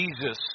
Jesus